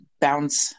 bounce